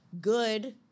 good